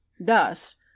Thus